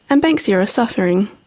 and banksia are suffering.